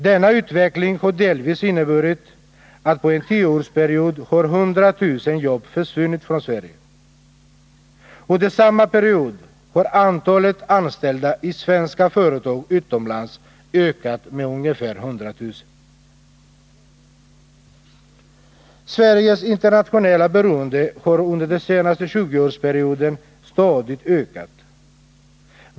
Denna utveckling har delvis inneburit att på en tioårsperiod har 100 000 jobb försvunnit i Sverige. Under samma period har antalet anställda i svenska företag utomlands ökat med ungefär 100 000. Sveriges internationella beroende har under den senaste 20-årsperioden stadigt ökat.